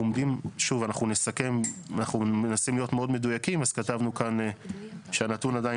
אנחנו מנסים להיות מאוד מדויקים אז כתבנו כאן שהנתון עדיין